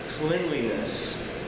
cleanliness